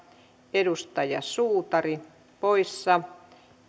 edustaja suutari poissa